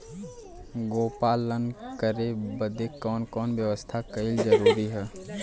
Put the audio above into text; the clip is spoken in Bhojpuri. गोपालन करे बदे कवन कवन व्यवस्था कइल जरूरी ह?